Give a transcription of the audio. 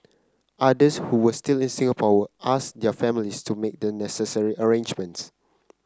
others who were still in Singapore asked their families to make the necessary arrangements